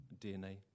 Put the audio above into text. DNA